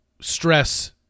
stress